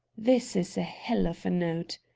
this is a hell of a note!